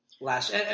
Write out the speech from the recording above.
last –